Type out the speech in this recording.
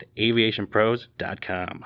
AviationPros.com